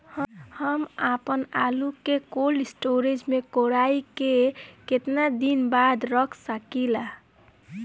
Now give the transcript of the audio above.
हम आपनआलू के कोल्ड स्टोरेज में कोराई के केतना दिन बाद रख साकिले?